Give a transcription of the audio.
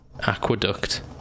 aqueduct